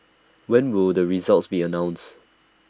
when will the results be announced